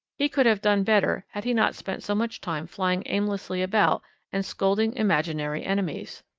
he could have done better had he not spent so much time flying aimlessly about and scolding imaginary enemies.